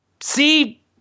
See